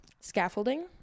scaffolding